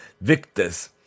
Victus